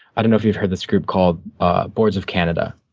i don't know if you've heard this group called boards of canada.